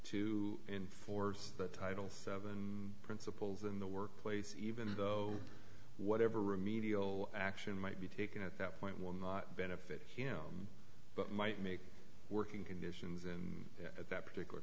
to enforce that title principals in the workplace even though whatever remedial action might be taken at that point will not benefit him but might make working conditions at that particular